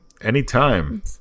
anytime